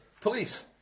Police